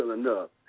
enough